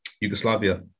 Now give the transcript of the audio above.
Yugoslavia